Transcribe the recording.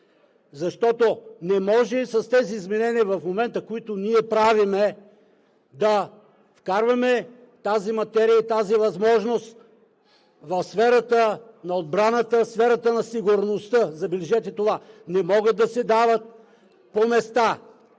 защото не може с тези изменения в момента, които ние правим, да вкарваме тази материя и тази възможност в сферата на отбраната, в сферата на сигурността, забележете това. Не могат да се дават по места